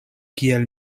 kiel